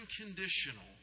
unconditional